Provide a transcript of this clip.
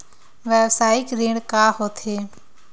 व्यवसायिक ऋण का होथे?